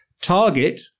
target